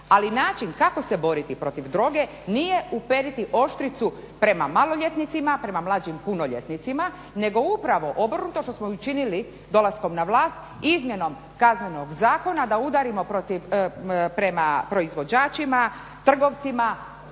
Ali način kako se boriti protiv droge nije uperiti oštricu prema maloljetnicima, prema mlađim punoljetnicima nego upravo obrnuto što smo i učinili dolaskom na vlast izmjenom Kaznenog zakona da udarimo prema proizvođačima, trgovcima,